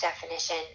definition